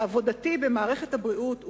עבודתי במערכת הבריאות,